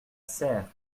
serres